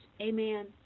Amen